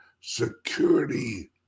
security